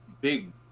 big